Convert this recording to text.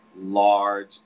large